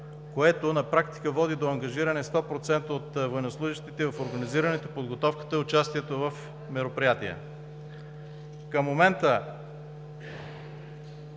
което на практика води до ангажиране 100% от военнослужещите в организирането, подготовката и участието в мероприятия.